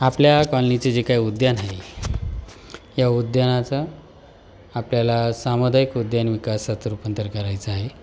आपल्या कॉलनीचे जे काय उद्यान आहे या उद्यानाचं आपल्याला सामुदायिक उद्यान विकासात रूपांंतर करायचं आहे